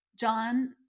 John